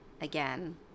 again